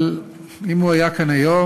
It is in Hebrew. אבל אם הוא היה כאן היום,